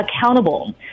accountable